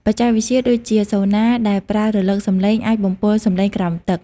បច្ចេកវិទ្យាដូចជាសូណា ដែលប្រើរលកសំឡេង អាចបំពុលសំឡេងក្រោមទឹក។